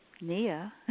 Nia